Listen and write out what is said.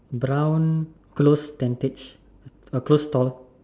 brown close ten tage a close stall